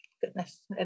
Goodness